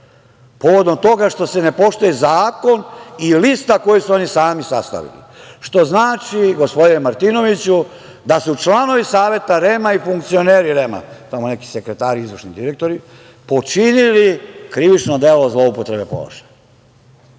povodom toga što se ne poštuje zakon i lista koju su oni sami sastavili, što znači, gospodine Martinoviću, da su članovi Saveta REM-a i funkcioneri REM-a, tamo neki sekretari i izvršni direktori, počinili krivično delo zloupotrebe položaja. Da